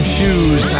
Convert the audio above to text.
Shoes